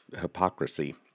hypocrisy